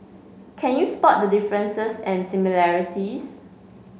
can you spot the differences and similarities